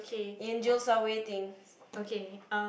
angels are waiting